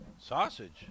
Sausage